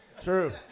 True